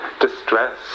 distress